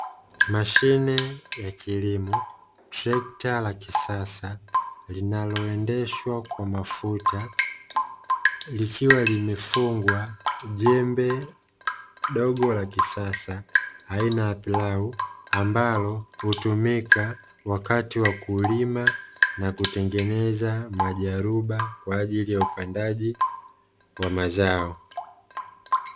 Mashine ya kilimo, trekta la kisasa linaloendeshwa kwa mafuta, likiwa limefungwa jembe dogo la kisasa aina ya plau ambalo hutumika wakati wa kulima na kutengeneza majaruba kwa ajili ya upandaji wa mazao.